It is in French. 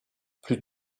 plus